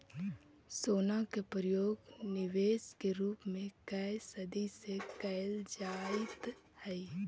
सोना के प्रयोग निवेश के रूप में कए सदी से कईल जाइत हई